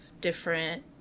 different